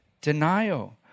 denial